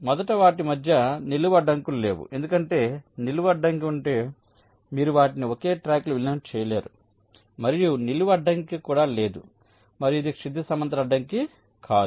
మొదట వాటి మధ్య నిలువు అడ్డంకులు లేవు ఎందుకంటే నిలువు అడ్డంకి ఉంటే మీరు వాటిని ఒకే ట్రాక్లో విలీనం చేయలేరు మరియు నిలువు అడ్డంకి కూడా లేదు మరియు ఇది క్షితిజ సమాంతర అడ్డంకి కాదు